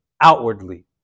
outwardly